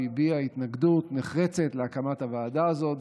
הוא הביע התנגדות נחרצת להקמת הוועדה הזאת,